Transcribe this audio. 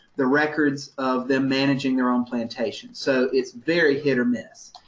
the records of them managing their own plantation. so it's very hit or miss.